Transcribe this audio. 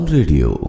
Radio